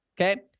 okay